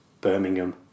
Birmingham